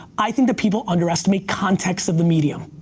i think that people underestimate context of the medium.